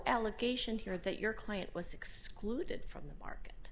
allegation here that your client was excluded from the market